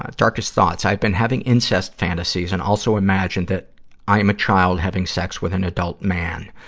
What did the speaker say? darkest thoughts? i've been having incest fantasies, and also imagine that i'm a child having sex with an adult man.